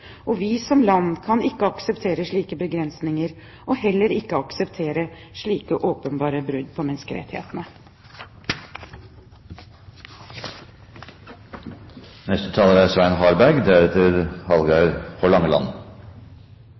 Vi som land kan ikke akseptere slike begrensninger, og heller ikke akseptere slike åpenbare brudd på menneskerettighetene. Det er ingen tvil om at denne interpellasjonen er